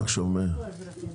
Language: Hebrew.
אני טוען שלא רק בפריפריה.